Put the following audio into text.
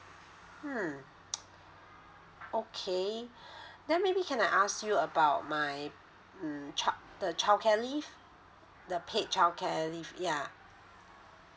mm okay then maybe can I ask you about my mm child the childcare leave the paid childcare leave yeah